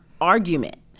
argument